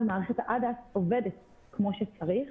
אז מערכת ה- -- עובדת כמו שצריך.